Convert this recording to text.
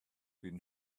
been